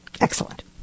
Excellent